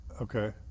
okay